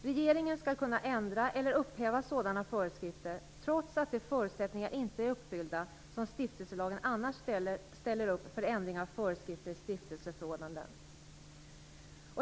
Regeringen skall kunna ändra eller upphäva sådana föreskrifter trots att de förutsättningar inte är uppfyllda som stiftelselagen annars ställer upp för ändring av föreskrifter i stiftelseförordnanden.